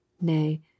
Nay